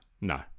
No